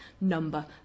number